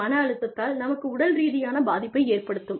மன அழுத்தத்தால் நமக்கு உடல் ரீதியான பாதிப்பை ஏற்படுத்தும்